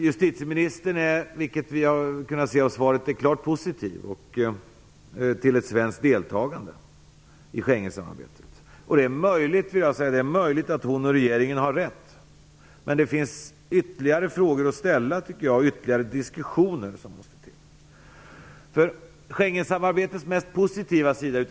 Justitieministern är, vilket framgår av svaret, klart positiv till ett svenskt deltagande i Det är möjligt att hon och regeringen har rätt. Men det finns ytterligare frågor att ställa och ytterligare diskussioner att föra, tycker jag.